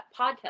Podcast